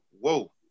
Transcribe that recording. whoa